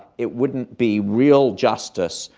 it wouldn't be real justice,